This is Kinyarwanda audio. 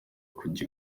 kujya